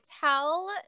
tell